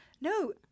No